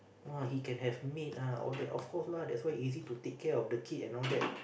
!wah! he can have maid ah all that of course lah that's why easy to take care of the kid and all that